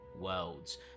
worlds